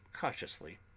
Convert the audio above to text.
cautiously